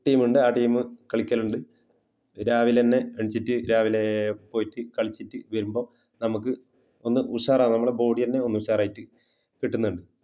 team ഉണ്ട് ആ team കളിക്കലുണ്ട് രാവിലെ തന്നെ എണീറ്റിട്ട് രാവിലെ പോയിട്ട് കളിച്ചിട്ട് വരുമ്പോൾ നമുക്ക് ഒന്ന് ഉഷാറാവും നമ്മളെ ബോഡി തന്നെ ഒന്ന് ഉഷാറായിട്ട് കിട്ടുന്നുണ്ട്